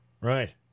Right